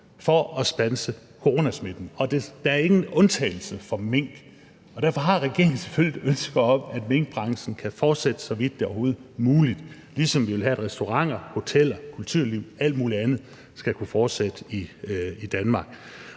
for at standse coronasmitten. Og der er ingen undtagelse for mink. Derfor har regeringen selvfølgelig et ønske om, at minkbranchen kan fortsætte, så vidt det overhovedet er muligt, ligesom vi vil have, at restauranter, hoteller, kulturliv og alt muligt andet skal kunne fortsætte i Danmark.